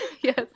Yes